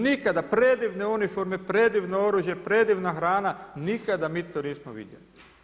Nikada, predivne uniforme, predivno oružje, predivna hrana, nikada mi to nismo vidjeli.